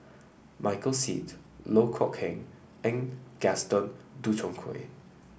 Michael Seet Loh Kok Keng and Gaston Dutronquoy